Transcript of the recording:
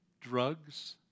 Drugs